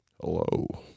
hello